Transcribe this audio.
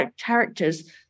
characters